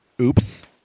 oops